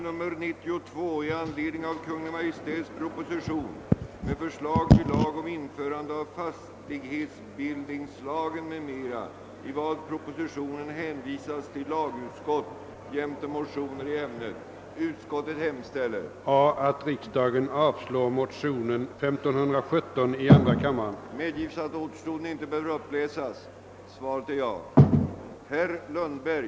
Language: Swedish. Taxor och turplaner skall enligt förslaget fastställas av Kungl. Maj:t eller myndighet som Kungl. Maj:t bestämmer. Även i övrigt kan bestämmas särskilda villkor. Den nya lagstiftningen avses träda i kraft den 1 februari 1971.